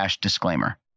disclaimer